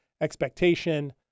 expectation